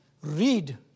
read